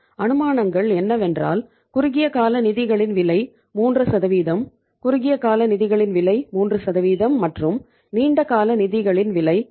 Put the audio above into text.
அனுமானங்கள் என்னவென்றால் குறுகிய கால நிதிகளின் விலை 3 குறுகிய கால நிதிகளின் விலை 3 மற்றும் நீண்ட கால நிதிகளின் விலை 8 ஆகும்